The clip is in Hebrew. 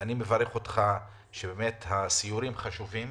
אני מברך אותך, באמת הסיורים חשובים.